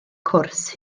cwrs